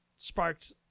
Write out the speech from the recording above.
sparked